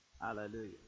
Hallelujah